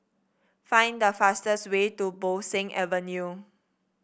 find the fastest way to Bo Seng Avenue